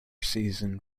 season